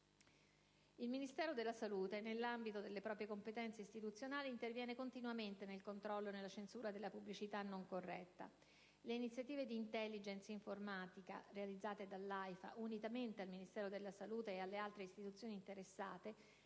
Il Ministero della salute, nell'ambito delle proprie competenze istituzionali, interviene continuamente nel controllo e nella censura della pubblicità non corretta. Le iniziative di *intelligence* informatica realizzate dall'AIFA, unitamente al Ministero della salute e alle altre istituzioni interessate,